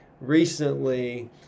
recently